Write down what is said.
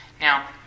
Now